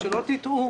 שלא תיטעו.